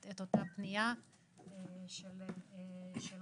את אותה פנייה של רון.